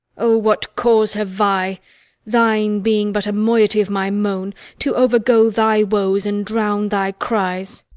o, what cause have i thine being but a moiety of my moan to overgo thy woes and drown thy cries?